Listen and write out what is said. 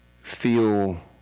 feel